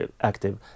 active